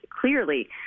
clearly